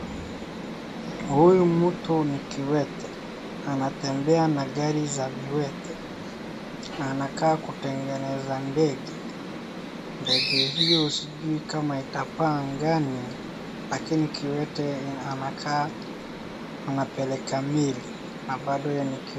Huyu mtu ni kiwete anatembea na gari za viwete anakaa kutengeneza ndege. Ndege hiyo sijui kama itapaa angani lakini kiwete amekaa anapeleka mwili.